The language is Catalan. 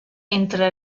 entre